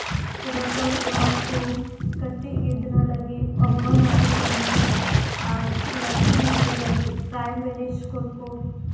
ration ᱮᱢᱟᱠᱚ ᱟᱨ ᱠᱟᱹᱴᱤᱡ ᱜᱤᱫᱽᱨᱟᱹ ᱞᱟᱹᱜᱤᱫ ᱚᱝᱜᱚᱱᱚᱣᱟᱲᱤ ᱠᱮᱱᱫᱨᱚ ᱟᱨ ᱞᱟᱹᱴᱩ ᱜᱤᱫᱽᱨᱟᱹ ᱞᱟᱹᱜᱤᱫ ᱯᱨᱟᱭᱢᱟᱨᱤ ᱥᱠᱩᱞ ᱠᱚ